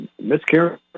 miscarriage